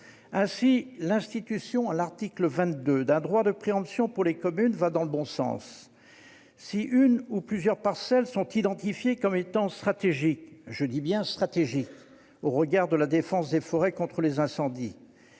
Ainsi, l'institution, à l'article 22, d'un droit de préemption pour les communes va dans le bon sens. Si une ou plusieurs parcelles sont identifiées comme étant stratégiques au regard de la défense de la forêt contre les incendies,